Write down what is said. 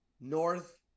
north